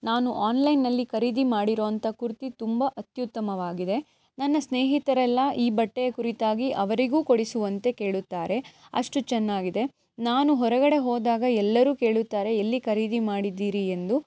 ನಾನು ಆನ್ಲೈನ್ನಲ್ಲಿ ಖರೀದಿ ಮಾಡಿರುವಂಥ ಕುರ್ತಿ ತುಂಬ ಅತ್ಯುತ್ತಮವಾಗಿದೆ ನನ್ನ ಸ್ನೇಹಿತರೆಲ್ಲ ಈ ಬಟ್ಟೆಯ ಕುರಿತಾಗಿ ಅವರಿಗೂ ಕೊಡುಸುವಂತೆ ಕೇಳುತ್ತಾರೆ ಅಷ್ಟು ಚೆನ್ನಾಗಿದೆ ನಾನು ಹೊರಗಡೆ ಹೋದಾಗ ಎಲ್ಲರೂ ಕೇಳುತ್ತಾರೆ ಎಲ್ಲಿ ಖರೀದಿ ಮಾಡಿದ್ದೀರಿ ಎಂದು